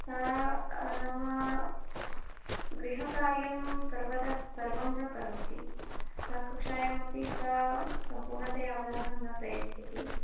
सा नाम गृहकार्यं सर्वदा सर्वं न करोति सा कक्षायामपि सा सम्पूर्णतया अवधानं न प्रयच्छति